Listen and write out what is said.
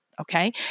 Okay